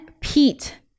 pete